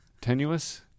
Tenuous